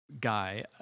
guy